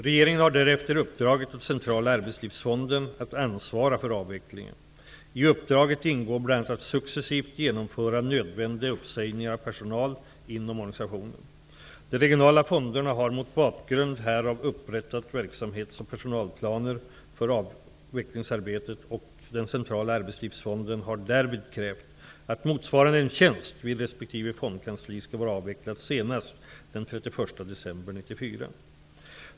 Regeringen har därefter uppdragit åt centrala Arbetslivsfonden att ansvara för avvecklingen. I uppdraget ingår bl.a. att successivt genomföra nödvändiga uppsägningar av personal inom organisationen. De regionala fonderna har mot bakgrund härav upprättat verksamhets och personalplaner för avvecklingsarbetet och den centrala Arbetslivsfonden har därvid krävt att motsvarande en tjänst vid respektive fondkansli skall vara avvecklad senast den 31 december 1994.